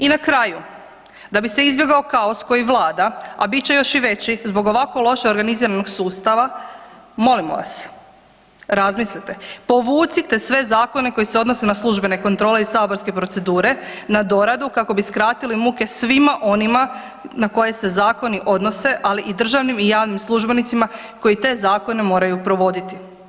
I na kraju, da bi se izbjegao kaos koji Vlada a bit će još i veći zbog ovako loše organiziranog sustava, molimo vas, razmislite, povucite sve zakone koje se odnose na službene kontrole iz saborske procedure na doradu kako bi skratili muke svima onima na koje se zakoni odnose ali i državnim i javnim službenicima koji te zakone moraju provoditi.